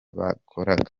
bakoraga